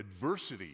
adversity